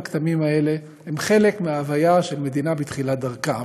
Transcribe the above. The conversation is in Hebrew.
גם הכתמים האלה הם חלק מההוויה של מדינה בתחילת דרכה.